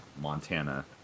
Montana